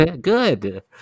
Good